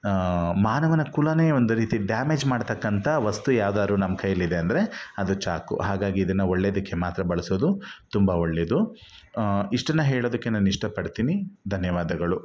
ಮಾನವನ ಕುಲವೇ ಒಂದು ರೀತಿ ಡ್ಯಾಮೇಜ್ ಮಾಡ್ತಕ್ಕಂಥ ವಸ್ತು ಯಾವ್ದಾದ್ರು ನಮ್ಮ ಕೈಲಿದೆ ಅಂದರೆ ಅದು ಚಾಕು ಹಾಗಾಗಿ ಇದನ್ನು ಒಳ್ಳೇದಕ್ಕೆ ಮಾತ್ರ ಬಳಸೋದು ತುಂಬ ಒಳ್ಳೇದು ಇಷ್ಟನ್ನು ಹೇಳೋದಕ್ಕೆ ನಾನು ಇಷ್ಟಪಡ್ತೀನಿ ಧನ್ಯವಾದಗಳು